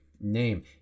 name